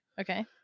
okay